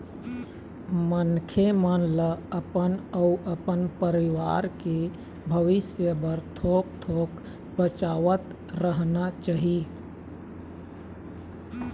मनखे मन ल अपन अउ अपन परवार के भविस्य बर थोक थोक बचावतरहना चाही